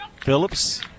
Phillips